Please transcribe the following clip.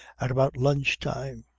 at about lunch-time,